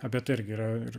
apie tai irgi yra ir